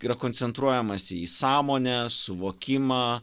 yra koncentruojamasi į sąmonę suvokimą